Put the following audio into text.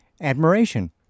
admiration